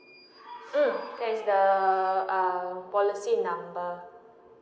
mm that is the uh policy number